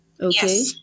Okay